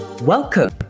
Welcome